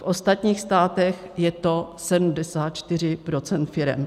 V ostatních státech je to 74 % firem.